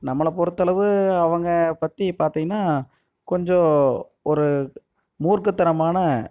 நம்மளை பொறுத்தளவு அவங்க பற்றி பார்த்தீங்கன்னா கொஞ்சம் ஒரு மூர்க்கத்தனமான